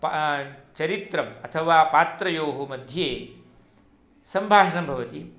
चरित्रम् अथवा पात्रयोः मध्ये सम्भाषणं भवति